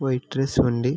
white rice వండి